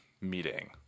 meeting